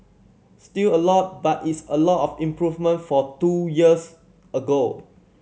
still a lot but it's a lot of improvement for two years ago